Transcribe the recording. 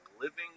Living